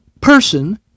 person